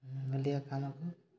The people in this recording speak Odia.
ହଲିଆ କାମକୁ